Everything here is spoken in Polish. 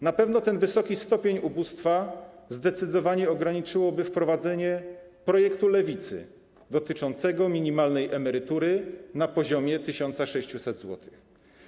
Na pewno ten wysoki stopień ubóstwa zdecydowanie ograniczyłoby wprowadzenie projektu Lewicy dotyczącego minimalnej emerytury na poziomie 1600 zł.